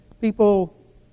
People